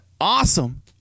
awesome